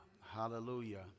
Hallelujah